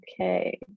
Okay